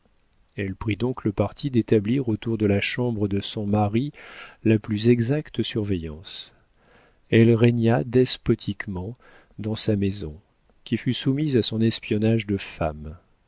elle prit donc le parti d'établir autour de la chambre de son mari la plus exacte surveillance elle régna despotiquement dans sa maison qui fut soumise à son espionnage de femme